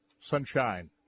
Sunshine